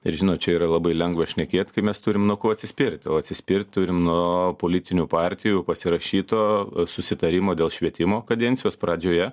ir žinot čia yra labai lengva šnekėt kai mes turim nuo ko atsispirt o atsispirt turime nuo politinių partijų pasirašyto susitarimo dėl švietimo kadencijos pradžioje